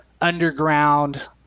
underground